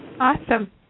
Awesome